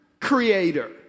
Creator